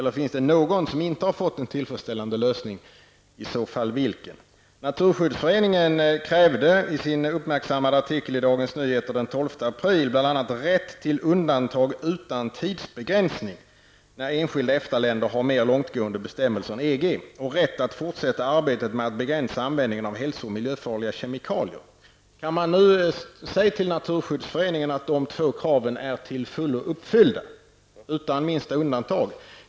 Finns det någon som inte fått en tillfredsställande lösning? I så fall vilken? Naturskyddsföreningen krävde i sin uppmärksammade artikel i Dagens Nyheter den 12 april bl.a. rätt till undantag utan tidsbegränsning när enskilda EFTA-länder har mer långtgående bestämmelser än EG och rätt att fortsätta arbetet med att begränsa användningen av hälso och miljöfarliga kemikalier. Kan man nu säga till Naturskyddsföreningen att kraven är till fullo uppfyllda, utan minsta undantag?